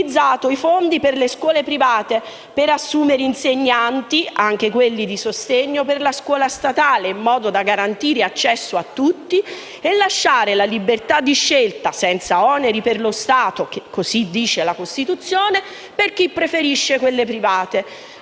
i fondi per le scuole private per assumere insegnanti, anche quelli di sostegno per la scuola statale, in modo da garantire accesso a tutti e lasciare libertà di scelta senza oneri per lo Stato (come stabilisce la Costituzione) per chi preferisce quelle private.